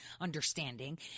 understanding